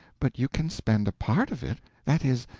but you can spend a part of it. that is,